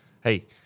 hey